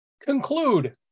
conclude